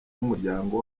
w’umuryango